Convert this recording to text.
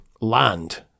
land